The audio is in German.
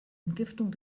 entgiftung